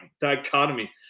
dichotomy